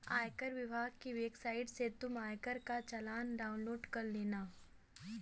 आयकर विभाग की वेबसाइट से तुम आयकर का चालान डाउनलोड कर लेना